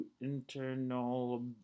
internal